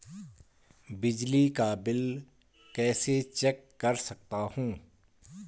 बिजली का बिल कैसे चेक कर सकता हूँ?